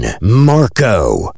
Marco